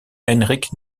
henrik